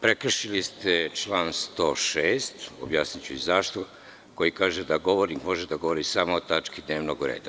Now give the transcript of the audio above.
Prekršili ste član 106, objasniću i zašto, koji kaže da govornik može da govori samo o tački dnevnog reda.